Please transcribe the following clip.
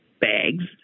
bags